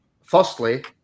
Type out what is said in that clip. Firstly